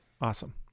Awesome